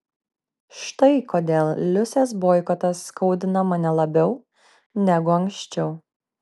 štai kodėl liusės boikotas skaudina mane labiau negu anksčiau